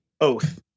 Oath